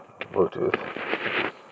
Bluetooth